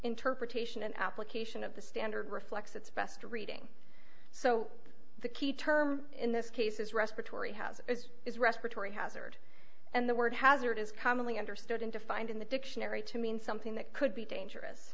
interpretation and application of the standard reflects its best reading so the key term in this case is respiratory has is respiratory hazard and the word hazard is commonly understood in defined in the dictionary to mean something that could be dangerous